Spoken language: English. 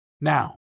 Now